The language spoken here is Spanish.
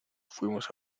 fuimos